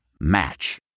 Match